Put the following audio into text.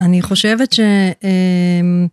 אני חושבת ש... אהממ..